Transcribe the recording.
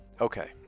Okay